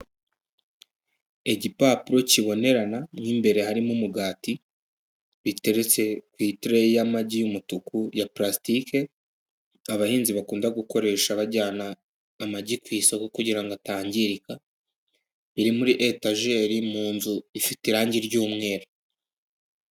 Igipapuro kibonerana mo imbere harimo umugati. Biteretse ku itureyi y'amagi y'umutuku ya purasitike, abahinzi bakunda gukoresha bajyana amagi ku isoko kugira ngo atangirika; iri muri etageri mu nzu ifite irangi ry'umweru.